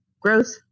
growth